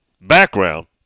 background